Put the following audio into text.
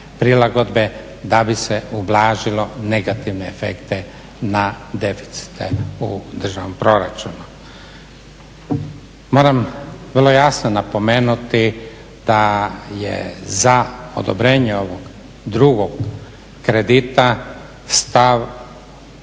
da bi se ublažilo negativne efekte na deficite u državnom proračunu. Moram vrlo jasno napomenuti da je za odobrenje ovog drugog kredita stav